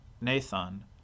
Nathan